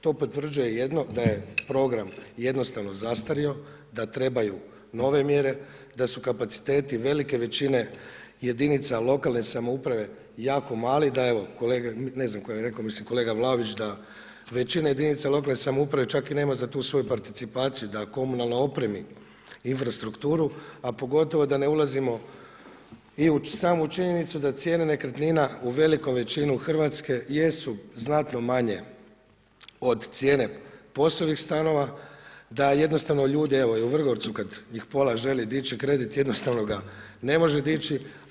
To potvrđuje jedno da je program jednostavno zastario, da trebaju nove mjere, da su kapaciteti velike većine jedinica lokalne samouprave jako mali da evo ne znam tko je rekao, mislim kolega Vlaović, da većina jedinica lokalne samouprave čak i nema za tu svoju participaciju da komunalno opremi infrastrukturu, a pogotovo da ne ulazimo i u samu činjenicu da cijene nekretnina u veliku većinu Hrvatske jesu znatno manje od cijene POS-ovih stanova, da jednostavno ljude evo i Vrgorcu kada ih pola želi dići kredit jednostavno ga ne može dići.